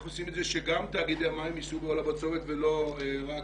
איך גורמים לכך שגם תאגידי המים יישאו בעול הבצורת ולא רק